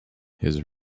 his